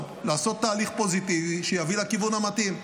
לעשות תהליך פוזיטיבי שיביא לכיוון המתאים.